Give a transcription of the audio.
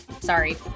sorry